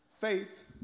faith